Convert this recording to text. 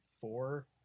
four